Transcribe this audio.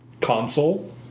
Console